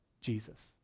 Jesus